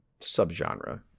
subgenre